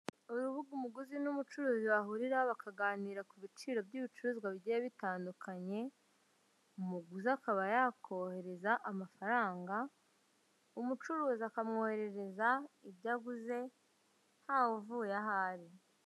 Urubuga umuguzi n'umucuruzi bahuriraho bakaganira ku biciro by'ibicuruzwa bigiye bitandukanye, umuguzi akaba yakohereza amafaranga, umucuruzi akamwoherereza ibyo aguze ntawe uvuye ahori ari.